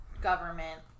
government